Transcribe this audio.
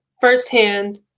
firsthand